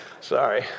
Sorry